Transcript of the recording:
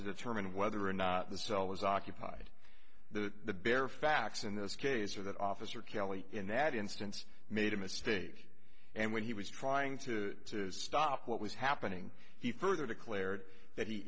determine whether or not the cell was occupied the bare facts in this case or that officer kelly in ad instance made a mistake and when he was trying to stop what was happening he further declared that he